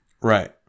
right